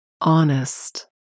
honest